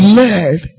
led